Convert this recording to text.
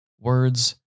Words